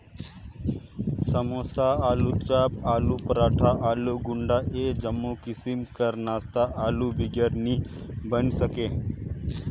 समोसा, आलूचाप, आलू पराठा, आलू गुंडा ए जम्मो किसिम कर नास्ता आलू बिगर नी बइन सके